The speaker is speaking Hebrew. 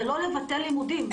זה לא לבטל לימודים.